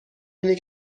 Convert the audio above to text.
اینه